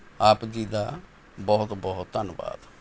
ਆਪ ਜੀ ਦਾ ਬਹੁਤ ਬਹੁਤ ਧੰਨਵਾਦ